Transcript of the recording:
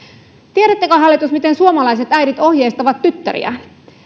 tiedättekö hallitus miten suomalaiset äidit ohjeistavat tyttäriään